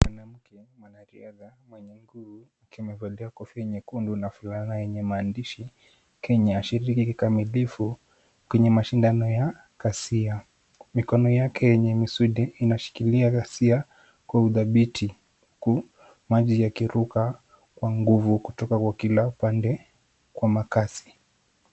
Mwanamke mwanariadha mwenye nguvu akiwa amevalia kofia nyekundu na fulana yenye maandishi Kenya shidhiri kamilifu kwenye mashindano ya kasia. Mikono yake yenye misuli inashikilia kasia kwa uthabiti huku maji yakiruka kwa nguvu kutoka kwa kila pande kwa makasi.